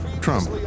Trump